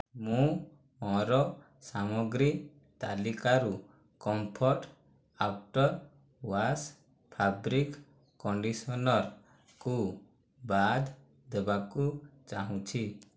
ମୁଁ ମୋର ସାମଗ୍ରୀ ତାଲିକାରୁ comfort after wash fabric conditioner କୁ ବାଦ୍ ଦେବାକୁ ଚାହୁଁଛି